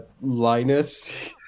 linus